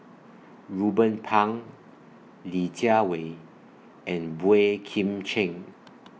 Ruben Pang Li Jiawei and Boey Kim Cheng